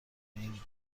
این